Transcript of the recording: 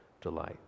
delight